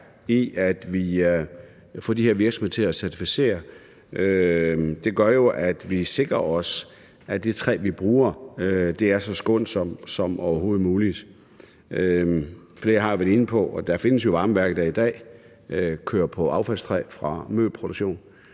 i at få de her virksomheder til at certificere. Det gør jo, at vi sikrer os, at det træ, vi bruger, er så skånsomt som overhovedet muligt. Flere har været inde på, at der jo findes varmeværker, der i dag kører på affaldstræ fra møbelproduktion,